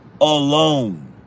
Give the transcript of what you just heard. alone